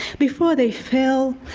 before they fell,